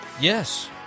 Yes